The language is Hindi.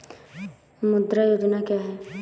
मुद्रा योजना क्या है?